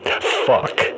Fuck